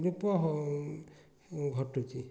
ବିଲୋପ ଘଟୁଛି